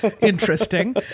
Interesting